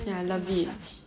ya I love it